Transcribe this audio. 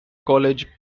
college